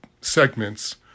segments